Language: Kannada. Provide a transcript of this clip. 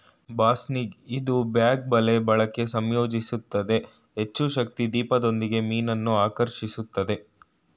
ಬಾಸ್ನಿಗ್ ಇದು ಬ್ಯಾಗ್ ಬಲೆ ಬಳಕೆ ಸಂಯೋಜಿಸುತ್ತೆ ಹೆಚ್ಚುಶಕ್ತಿ ದೀಪದೊಂದಿಗೆ ಮೀನನ್ನು ಆಕರ್ಷಿಸುತ್ತೆ